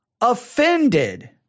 offended